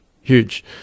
huge